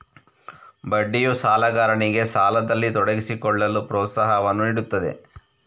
ಬಡ್ಡಿಯು ಸಾಲಗಾರನಿಗೆ ಸಾಲದಲ್ಲಿ ತೊಡಗಿಸಿಕೊಳ್ಳಲು ಪ್ರೋತ್ಸಾಹವನ್ನು ನೀಡುತ್ತದೆ